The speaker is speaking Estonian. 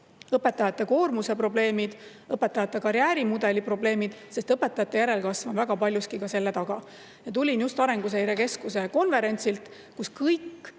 õpetajate koormuse probleemid kui ka õpetajate karjäärimudeli probleemid, sest õpetajate järelkasv on väga paljuski ka selle taga. Tulin just Arenguseire Keskuse konverentsilt, kus kõik